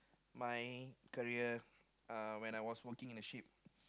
my career uh when I was working in a ship